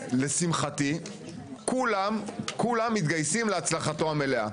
לשמחתי כולם מתגייסים להצלחתו המלאה,